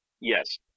yes